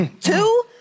Two